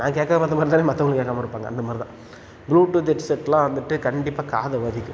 நான் கேட்காம இருக்கிற மாதிரி தானே மற்றவங்களும் கேட்காம இருப்பாங்க அந்த மாதிரி தான் ப்ளூ டூத் ஹெட் செட்யெல்லாம் வந்துட்டு கண்டிப்பாக காதைப் வலிக்கும்